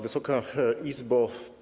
Wysoka Izbo!